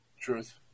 Truth